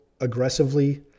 aggressively